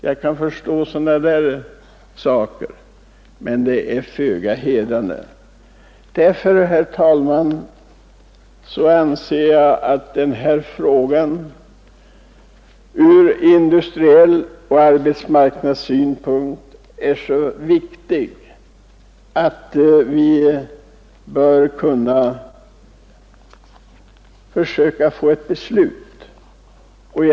Jag kan förstå en sådan inställning, men den är föga hedrande. Herr talman! Jag anser att denna fråga ur industrins och arbetsmarknadens synpunkt är så viktig att vi bör försöka få ett positivt beslut.